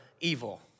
evil